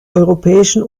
europäischen